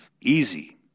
easy